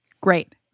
Great